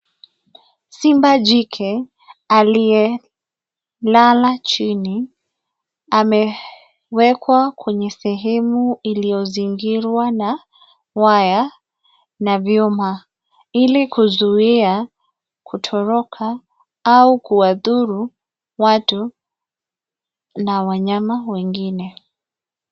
Simba jike aliye lala chini amewekwa kwenye sehemu iliyozingirwa na waya na vyuma ili kuzuia kutoroka au kuwadhuru watu na wanyama wengine.